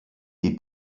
die